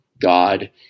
God